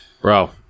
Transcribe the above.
Bro